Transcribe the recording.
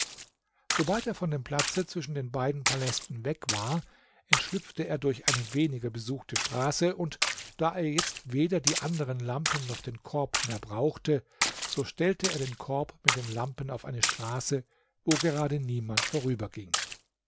sobald er von dem platze zwischen den beiden palästen weg war entschiüpfte er durch eine weniger besuchte straße und da er jetzt weder die anderen lampen noch den korb mehr brauchte so stellte er den korb mit den lampen auf eine straße wo gerade niemand vorüberging